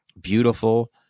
beautiful